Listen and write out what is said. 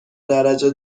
درجه